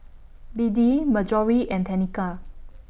Beadie Marjory and Tenika